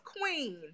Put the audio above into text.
queen